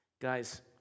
Guys